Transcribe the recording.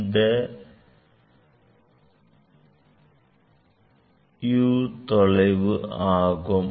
இதுதான் uவின் தொலைவு ஆகும்